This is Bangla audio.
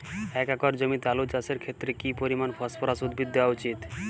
এক একর জমিতে আলু চাষের ক্ষেত্রে কি পরিমাণ ফসফরাস উদ্ভিদ দেওয়া উচিৎ?